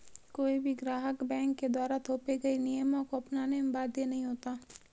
कोई भी ग्राहक बैंक के द्वारा थोपे गये नियमों को अपनाने में बाध्य नहीं होता